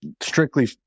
strictly